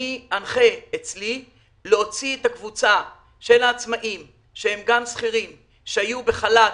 אני אנחה אצלי להוציא את הקבוצה של העצמאים שהם גם שכירים שהיו בחל"ת